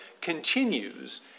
continues